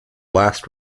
last